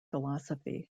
philosophy